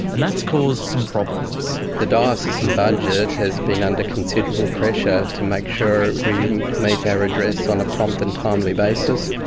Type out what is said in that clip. and that's caused some problems. the diocesan budget has been under considerable pressure to make sure we meet our redress on a prompt and timely basis.